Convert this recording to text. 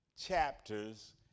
chapters